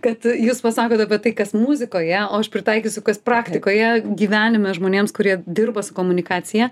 kad jūs pasakot apie tai kas muzikoje o aš pritaikysiu kas praktikoje gyvenime žmonėms kurie dirba su komunikacija